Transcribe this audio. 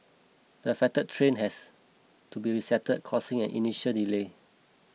the affected train has to be reset causing an initial delay